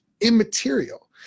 immaterial